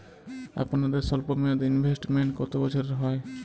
আপনাদের স্বল্পমেয়াদে ইনভেস্টমেন্ট কতো বছরের হয়?